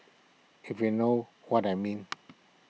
if you know what I mean